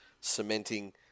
cementing